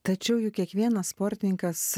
tačiau juk kiekvienas sportininkas